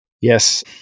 Yes